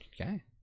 Okay